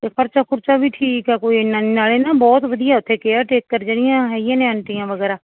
ਅਤੇ ਖਰਚਾ ਖੁਰਚਾ ਵੀ ਠੀਕ ਹੈ ਕੋਈ ਐਨਾ ਨਹੀਂ ਨਾਲੇ ਨਾ ਬਹੁਤ ਵਧੀਆ ਉੱਥੇ ਕੇਅਰਟੇਕਰ ਜਿਹੜੀਆਂ ਹੈਗੀਆਂ ਨੇ ਆਂਟੀਆਂ ਵਗੈਰਾ